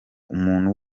umuntu